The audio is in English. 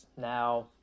Now